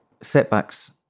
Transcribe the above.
Setbacks